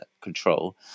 control